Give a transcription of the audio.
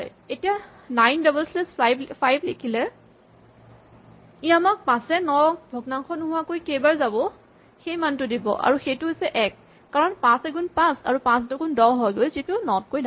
এতিয়া ৯ double slash ৫ লিখিলে ই আমাক ৫ এ ৯ ক ভগ্নাংশ নোহোৱাকৈ কেইবাৰ যাব সেই মানটো দিব আৰু সেইটো হৈছে ১ কাৰণ ৫ এগুণ ৫ আৰু ৫ দুগুণ ১০ হয়গৈ যিটো ৯তকৈ ডাঙৰ